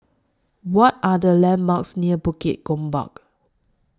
What Are The landmarks near Bukit Gombak